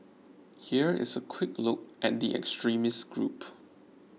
here is a quick look at the extremist group